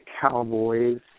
Cowboys